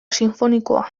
sinfonikoa